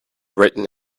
written